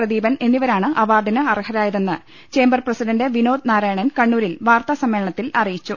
പ്രദീപൻ എന്നിവരാണ് അവാർഡിന് അർഹരായ തെന്ന് ചേമ്പർ പ്രസിഡന്റ് വിനോദ് നാരായണൻ കണ്ണൂരിൽ വാർത്താ സമ്മേളനത്തിൽ അറിയിച്ചു